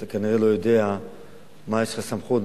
אתה כנראה לא יודע למה יש לך סמכות,